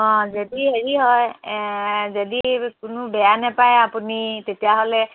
অঁ যদি হেৰি হয় যদি কোনো বেয়া নেপায় আপুনি তেতিয়াহ'লে